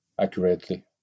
accurately